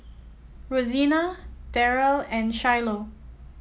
Rosena Daryle and Shiloh